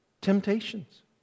temptations